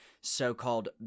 so-called